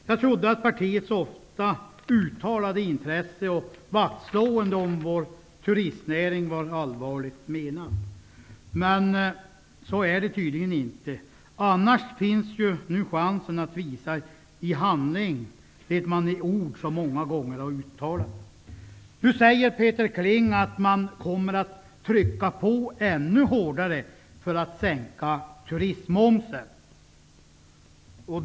Jag trodde att detta med partiets ofta uttalade intresse och vaktslående om vår turistnäring var allvarligt menat, men så är det tydligen inte, annars finns nu chansen att i handling visa det som man i ord många gånger har uttalat. Peter Kling säger att man kommer att trycka på ännu hårdare för att turistmomsen skall sänkas.